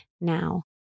now